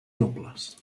nobles